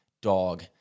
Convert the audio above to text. dog